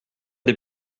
des